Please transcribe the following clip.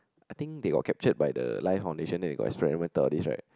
I think they got captured by the life foundation then they got experimented all these right